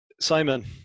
Simon